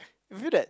I feel that